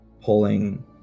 Pulling